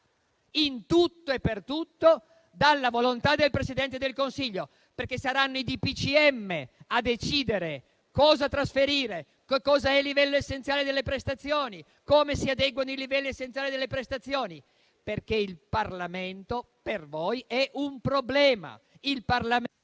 in tutto e per tutto dalla volontà del Presidente del Consiglio. Saranno i DPCM a decidere cosa trasferire, che cosa è il livello essenziale delle prestazioni, come si adeguano i livelli essenziali delle prestazioni. Questo perché il Parlamento per voi è un problema...